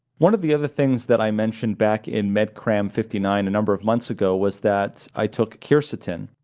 one of the other things that i mentioned back in medcram fifty nine a number of months ago was that i took quercetin,